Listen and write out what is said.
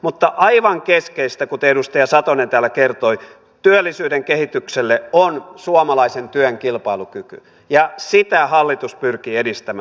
mutta aivan keskeistä kuten edustaja satonen täällä kertoi työllisyyden kehitykselle on suomalaisen työn kilpailukyky ja sitä hallitus pyrkii edistämään